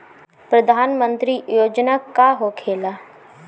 प्रधानमंत्री योजना का होखेला?